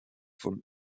von